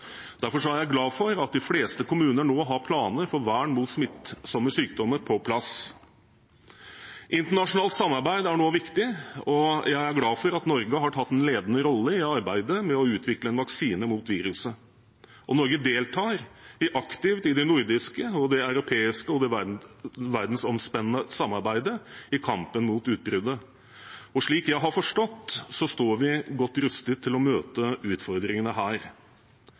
Derfor er jeg glad for at de fleste kommuner nå har planer for vern mot smittsomme sykdommer på plass. Internasjonalt samarbeid er nå viktig, og jeg er glad for at Norge har tatt en ledende rolle i arbeidet med å utvikle en vaksine mot viruset. Norge deltar aktivt i det nordiske, det europeiske og det verdensomspennende samarbeidet i kampen mot utbruddet. Og slik jeg har forstått det, står vi godt rustet til å møte utfordringene her.